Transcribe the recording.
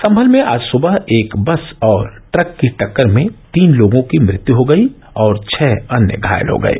संभल में आज सुबह एक बस और ट्रक की टक्कर में तीन लोगों की मृत्यू हो गयी और छह अन्य घायल हो गये